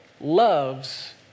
loves